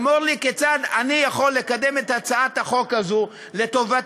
אמור לי כיצד אני יכול לקדם את הצעת החוק הזאת לטובתם